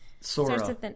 Sora